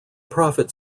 profit